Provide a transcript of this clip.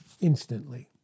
instantly